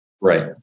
Right